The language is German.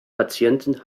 patienten